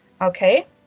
okay